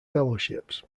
fellowships